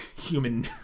human